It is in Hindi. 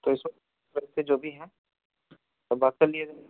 तो यह सब जो भी हैं तब बात कर लिया जाए